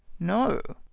no.